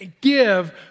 give